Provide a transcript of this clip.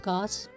God's